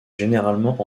généralement